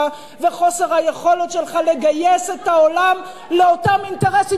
וחוסר היכולת שלך לגייס את העולם לאותם אינטרסים